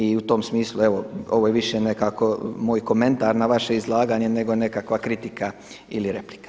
I u tom smislu evo, evo je više nekako moj komentar na vaše izlaganje nego nekakva kritika ili replika.